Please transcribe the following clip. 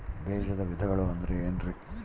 ಬೇಜದ ವಿಧಗಳು ಅಂದ್ರೆ ಏನ್ರಿ?